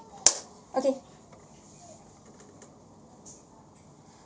okay